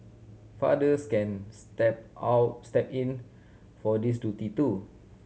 fathers can step out step in for this duty too